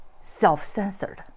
self-censored